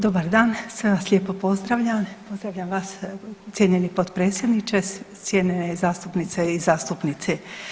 Dobar dan, sve vas lijepo pozdravljam, pozdravljam vas cijenjeni potpredsjedniče, cijenjene zastupnice i zastupnici.